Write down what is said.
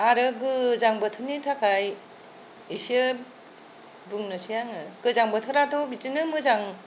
आरो गोजां बोथोरनि थाखाय एसे बुंनोसै आङो गोजां बोथोराथ' बिदिनो मोजां